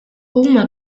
huma